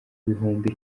bihumbi